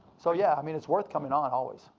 so yeah, i mean it's worth coming on always.